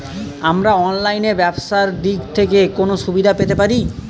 আমরা অনলাইনে ব্যবসার দিক থেকে কোন সুবিধা পেতে পারি?